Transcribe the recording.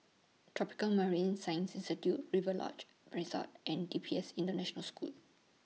Tropical Marine Science Institute Rider's Lodge Resort and D P S International School